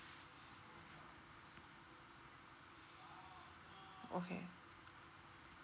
okay